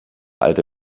alte